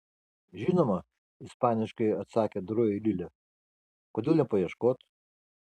žinoma ispaniškai atsakė doroji lilė kodėl nepaieškot